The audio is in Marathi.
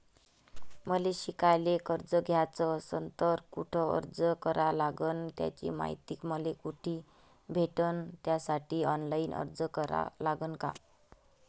मले शिकायले कर्ज घ्याच असन तर कुठ अर्ज करा लागन त्याची मायती मले कुठी भेटन त्यासाठी ऑनलाईन अर्ज करा लागन का?